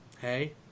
Hey